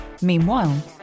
Meanwhile